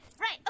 Right